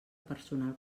personal